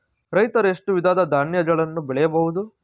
ರೈತರು ಎಷ್ಟು ವಿಧದ ಧಾನ್ಯಗಳನ್ನು ಬೆಳೆಯಬಹುದು?